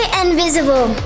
invisible